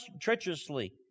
treacherously